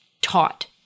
taught